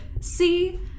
See